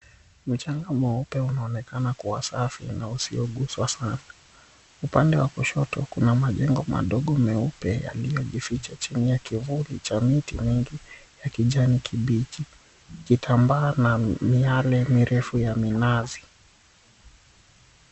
Mchanga mweupe unaonekana kuwa safi na usioguswa saana. Upande wa kushoto kuna majengo madogo meupe yaliyojificha chini ya kivuli cha miti mingi ya kijani kibichi. Kitambaa na miale mirefu ya minazi.